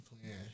playing